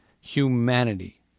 humanity